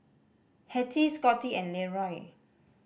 Hettie Scotty and Leroy